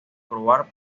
probar